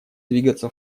двигаться